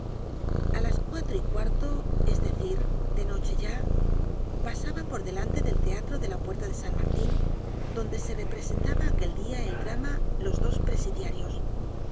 a las cuatro y cuarto es decir de noche ya pasaba por delante del teatro de la puerta de san martin donde se representaba aquel dia el drama los dos presidiarios